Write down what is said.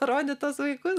parodyt tuos vaikus